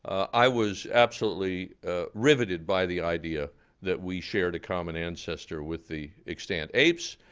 i was absolutely riveted by the idea that we shared a common ancestor with the extant apes,